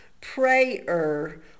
prayer